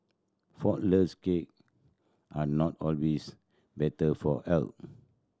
flourless cake are not always better for health